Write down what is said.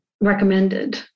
recommended